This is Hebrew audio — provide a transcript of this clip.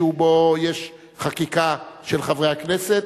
שבו יש חקיקה של חברי הכנסת,